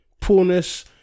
poorness